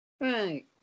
Right